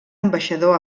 ambaixador